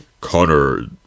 connor